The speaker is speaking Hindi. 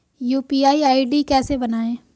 यू.पी.आई आई.डी कैसे बनाएं?